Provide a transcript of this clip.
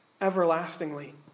everlastingly